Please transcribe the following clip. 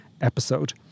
episode